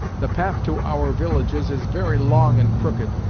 the path to our villages is very long and crooked,